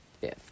fifth